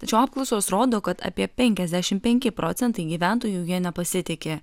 tačiau apklausos rodo kad apie penkiasdešim penki procentai gyventojų ja nepasitiki